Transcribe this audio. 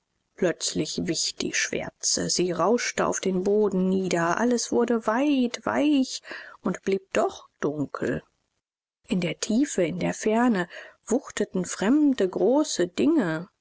plötzlich wich die schwärze sie rauschte auf den boden nieder alles wurde weit weich und blieb doch dunkel in der tiefe in der ferne wuchteten fremde große dinge